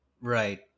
right